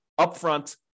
upfront